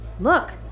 Look